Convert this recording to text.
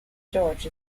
george